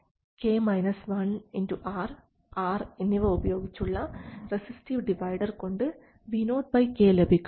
R R എന്നിവ ഉപയോഗിച്ചുള്ള resistive divider കൊണ്ട് Vo k ലഭിക്കും